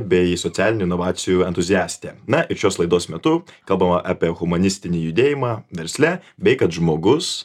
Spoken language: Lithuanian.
bei socialinių inovacijų entuziaste na ir šios laidos metu kalbama apie humanistinį judėjimą versle bei kad žmogus